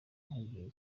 nk’igihe